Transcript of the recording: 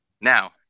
Now